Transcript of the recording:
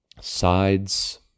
sides